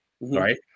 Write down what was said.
right